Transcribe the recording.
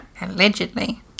Allegedly